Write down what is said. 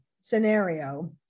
scenario